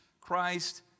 Christ